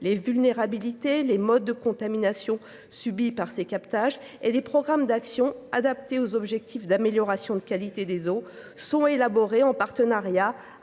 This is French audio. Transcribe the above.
les vulnérabilités les modes de contamination subis par ces captages et des programmes d'action adaptées aux objectifs d'amélioration de qualité des eaux sont élaborés en partenariat avec